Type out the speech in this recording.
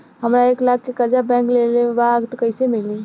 हमरा एक लाख के कर्जा बैंक से लेवे के बा त कईसे मिली?